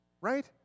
Right